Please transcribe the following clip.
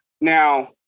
now